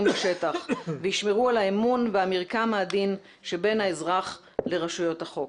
בשטח וישמרו על האמון ועל המרקם העדין שבין האזרח לרשויות החוק.